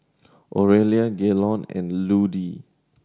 Orelia Gaylon and Ludie